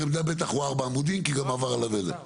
העמדה בטח הוא ארבע עמודים כי גם עבר עליו זה.